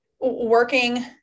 working